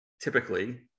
typically